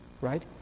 right